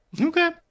Okay